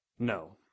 No